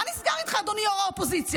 מה נסגר איתך, אדוני ראש האופוזיציה?